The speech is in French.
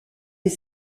est